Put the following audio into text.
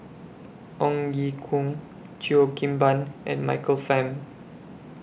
Ong Ye Kung Cheo Kim Ban and Michael Fam